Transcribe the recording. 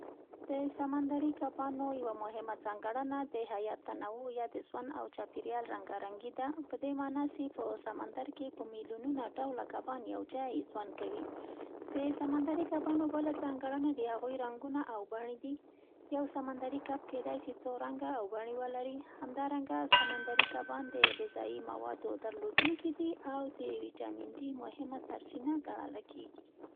د سمندري کبانو یوه مهمه ځانګړنه د حیات تنوع یا د زوند او چاپېریال رنګارنګي ده، په دې معنی سي په سمندر کې په میلیونونه ډوله کبان یو جای زوند کوي. د سمندري کبانو بله ځانګړنه د هغوی رنګونه او بڼې دي، یو سمندري کب کیدای سي څو رنګه او بڼې ولري. همدارنګه سمندري کبان د غذایي موادو درلودونکي دي او د ویټامین ډي مهمه سرچینه ګڼله کېږي.